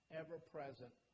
ever-present